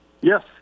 Yes